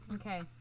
Okay